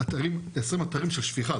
20 אתרים של שפיכה,